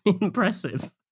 impressive